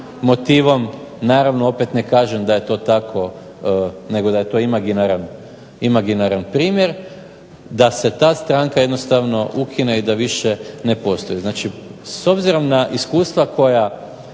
motivom, naravno opet ne kažem da je to tako nego da je to imaginaran primjer, da se ta stranka jednostavno ukine i da više ne postoji. Znači s obzirom na iskustva koja